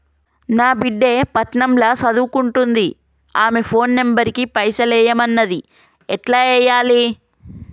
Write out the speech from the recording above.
నా బిడ్డే పట్నం ల సదువుకుంటుంది ఆమె ఫోన్ నంబర్ కి పైసల్ ఎయ్యమన్నది ఎట్ల ఎయ్యాలి?